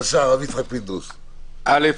א.